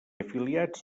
afiliats